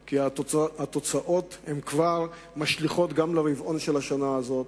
כי התוצאות כבר משליכות גם לרבעון של השנה הזאת.